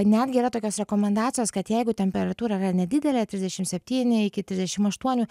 netgi yra tokios rekomendacijos kad jeigu temperatūra yra nedidelė trisdešim septyni iki trisdešim aštuonių